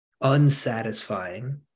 unsatisfying